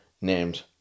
named